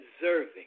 deserving